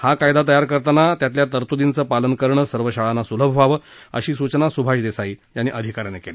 हा कायदा तयार करतांना त्यातील तरतूदींचं पालन करणं सर्व शाळांना सुलभ व्हावं अशी सूचना देसाई यांनी अधिकाऱ्यांना केली